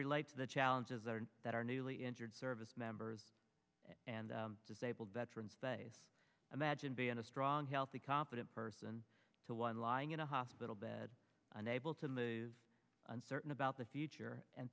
relate to the challenges that are that are newly injured service members and disabled veteran space imagine being a strong healthy competent person to one lying in a hospital bed unable to move uncertain about the future and